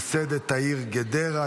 ייסד את העיר גדרה,